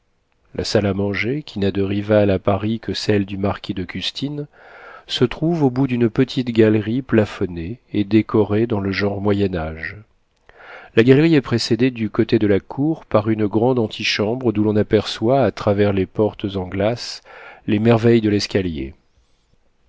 la salle à manger qui n'a de rivale à paris que celle du marquis de custine se trouve au bout d'une petite galerie plafonnée et décorée dans le genre moyen âge la galerie est précédée du côté de la cour par une grande antichambre d'où l'on aperçoit à travers les portes en glaces les merveilles de l'escalier